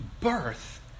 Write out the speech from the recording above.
birth